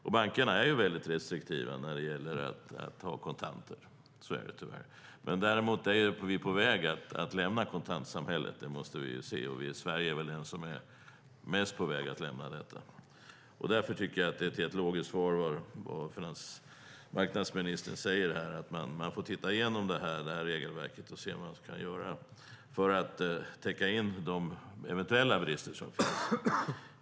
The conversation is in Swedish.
Och bankerna är väldigt restriktiva när det gäller att ha kontanter. Så är det tyvärr. Vi måste inse att vi är på väg att lämna kontantsamhället, och Sverige är väl det land som mest är på väg att lämna detta. Därför tycker jag att det är helt logiskt som finansmarknadsministern säger, att man får se över regelverket och se vad man kan göra för att åtgärda de eventuella brister som finns.